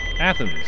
Athens